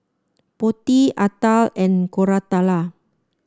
Potti Atal and Koratala